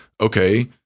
okay